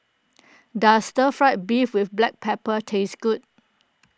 does Stir Fried Beef with Black Pepper taste good